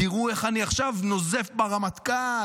תראו איך אני עכשיו נוזף ברמטכ"ל.